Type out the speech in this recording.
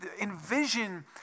envision